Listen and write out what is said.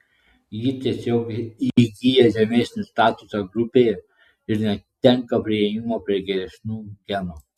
ji tiesiog įgyja žemesnį statusą grupėje ir netenka priėjimo prie geresnių genų